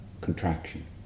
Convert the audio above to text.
contraction